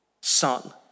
Son